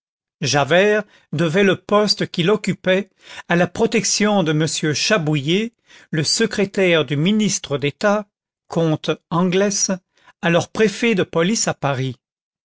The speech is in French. javert devait le poste qu'il occupait à la protection de m chabouillet le secrétaire du ministre d'état comte anglès alors préfet de police à paris